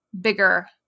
bigger